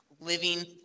living